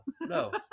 No